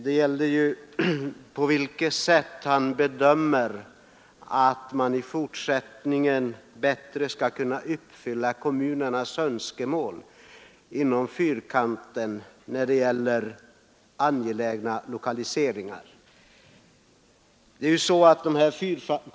Det gällde ju på vilket sätt statsrådet bedömer möjligheterna att i fortsättningen bättre kunna uppfylla kommunernas önskemål inom den s.k. Fyrkanten när det gäller angelägna lokaliseringar.